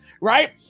Right